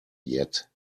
yet